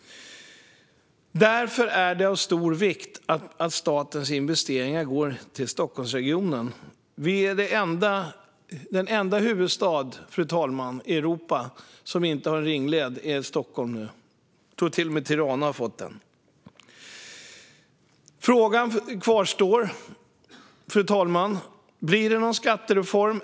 Därför är det av stor vikt att statens investeringar går till Stockholmsregionen. Den enda huvudstad i Europa, fru talman, som inte har en ringled är Stockholm nu. Jag tror att till och med Tirana har fått en. Frågan kvarstår, fru talman: Blir det någon skattereform?